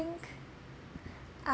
uh